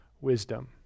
wisdom